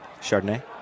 Chardonnay